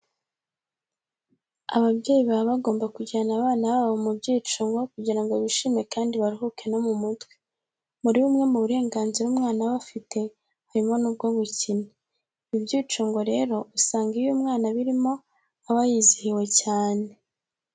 Ababyeyi baba bagomba kujyana abana babo mu byicungo kugira ngo bishime kandi baruhuke no mu mutwe. Muri bumwe mu burenganzira umwana aba afite harimo n'ubwo gukina. Ibi byicungo rero usanga iyo umwana abirimo aba yizihiwe cyane.